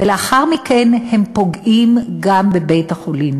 ולאחר מכן הם פוגעים גם בבית-החולים,